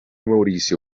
mauricio